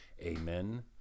Amen